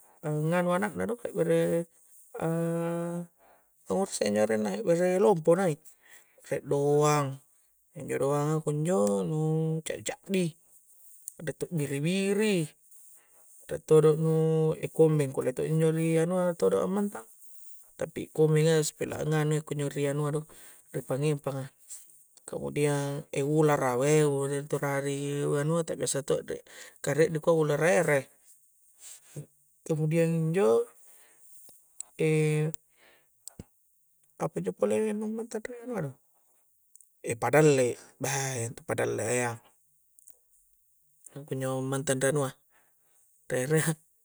E' nu nganu anak' na do' e' bere' a' to'ngurasse' injo' arenna' he' bare' lompo' nai' re' doang', injo' doanga' kunjo' nu' ca-di'-ca'di' re' to' biri-biri' re' todo nu' e' kombeng' kulle to'ji ri' anua' todo' amantang' tapi kombenga' sapila' nganu' iya kunjo ri' anua do' ri' empang-empanga' kemudian e' ulara weh' ulara raha' ri' wanua' to' biasa to' ri', kah rie' dikua' ulara ere' kemudian injo' e' apa injo pole nu mantang ri' anua' do e' padalle', beh' intu' padalle'a re' kunjo mantang ri' anua' re' ereha'